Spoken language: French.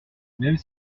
même